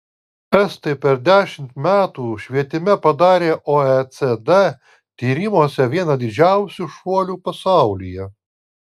estai per dešimt metų švietime padarė oecd tyrimuose vieną didžiausių šuolių pasaulyje